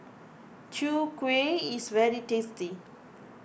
Chwee Kueh is very tasty